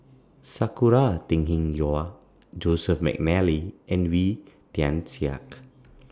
Sakura Teng Ying Hua Joseph Mcnally and Wee Tian Siak